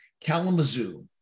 Kalamazoo